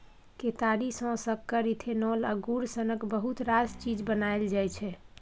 केतारी सँ सक्कर, इथेनॉल आ गुड़ सनक बहुत रास चीज बनाएल जाइ छै